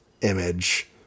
image